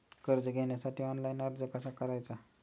कर्ज घेण्यासाठी ऑनलाइन अर्ज कसा करायचा?